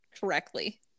correctly